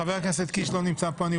חבר הכנסת קיש לא נמצא כאן.